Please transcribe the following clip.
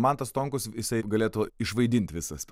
mantas stonkus jisai galėtų išvaidint visas